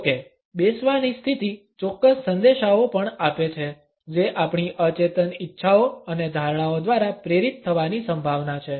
જો કે બેસવાની સ્થિતિ ચોક્કસ સંદેશાઓ પણ આપે છે જે આપણી અચેતન ઇચ્છાઓ અને ધારણાઓ દ્વારા પ્રેરિત થવાની સંભાવના છે